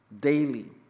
daily